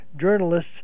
journalists